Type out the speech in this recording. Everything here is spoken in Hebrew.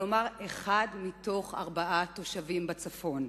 כלומר אחד מתוך ארבעה תושבים בצפון,